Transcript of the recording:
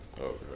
okay